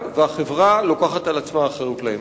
והחברה לוקחת על עצמה אחריות להם.